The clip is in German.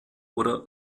oder